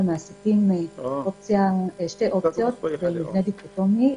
מאפשרים למעסיקים שתי אופציות במבנה דיכוטומי: